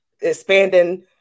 expanding